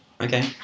Okay